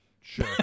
Sure